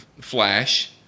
Flash